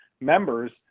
members